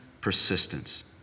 persistence